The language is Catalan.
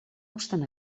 obstant